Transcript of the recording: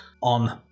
on